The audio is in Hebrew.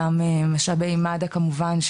גם משאבי מד"א כמובן,